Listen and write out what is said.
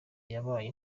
zabaye